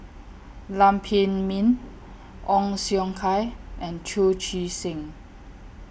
Lam Pin Min Ong Siong Kai and Chu Chee Seng